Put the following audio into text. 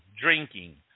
drinking